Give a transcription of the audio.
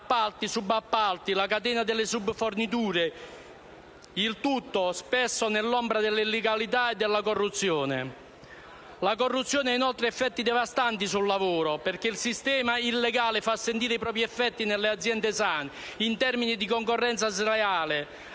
appalti, subappalti, la catena delle subforniture, il tutto spesso nell'ombra dell'illegalità e della corruzione. La corruzione ha, inoltre, effetti devastanti sul lavoro, perché il sistema illegale fa sentire i propri effetti nelle aziende sane in termini di concorrenza sleale,